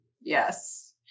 Yes